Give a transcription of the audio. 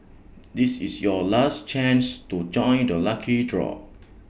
this is your last chance to join the lucky draw